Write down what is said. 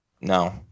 No